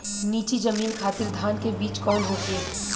नीची जमीन खातिर धान के बीज कौन होखे?